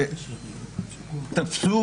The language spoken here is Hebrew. שתפסו,